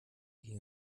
ging